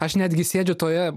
aš netgi sėdžiu toje